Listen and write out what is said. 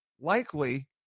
likely